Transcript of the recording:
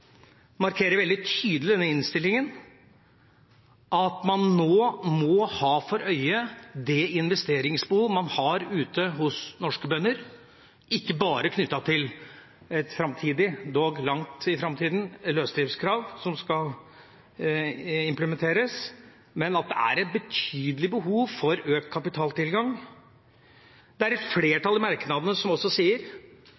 markerer veldig tydelig at man nå må ha for øye det investeringsbehov man har ute hos norske bønder, ikke bare knyttet til et framtidig – dog langt inne i framtida – løsdriftskrav som skal implementeres, men at det er et betydelig behov for økt kapitaltilgang. I merknadene er det også et